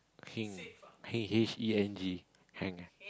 Heng Heng H E N G Hang